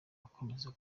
akomeza